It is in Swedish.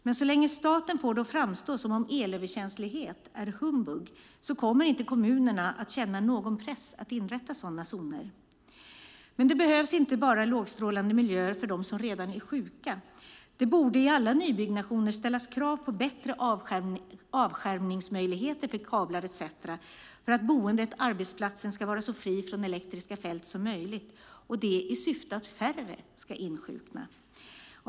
Men så länge staten får det att framstå som om elöverkänslighet är humbug kommer inte kommunerna att känna någon press att inrätta sådana zoner. Men det behövs inte bara lågstrålande miljöer för dem som redan är sjuka. Det borde i alla nybyggnationer ställas krav på bättre avskärmningsmöjligheter för kablar etcetera för att boendet eller arbetsplatsen ska vara så fri från elektriska fält som möjligt, det i syfte att färre ska insjukna.